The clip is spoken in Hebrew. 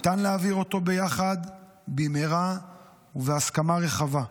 ניתן להעביר אותו ביחד במהרה ובהסכמה רחבה.